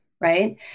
Right